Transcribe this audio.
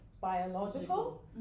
biological